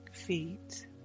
feet